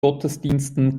gottesdiensten